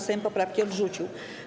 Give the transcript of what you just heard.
Sejm poprawki odrzucił.